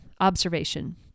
observation